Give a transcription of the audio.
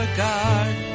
guard